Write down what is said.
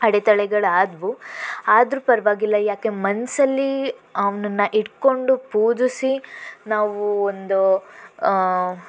ಅಡೆತಡೆಗಳಾದ್ವು ಆದರೂ ಪರವಾಗಿಲ್ಲ ಯಾಕೆ ಮನಸಲ್ಲಿ ಅವನನ್ನು ಇಟ್ಕೊಂಡು ಪೂಜಿಸಿ ನಾವು ಒಂದು